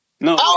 No